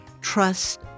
trust